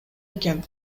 экен